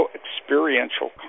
experiential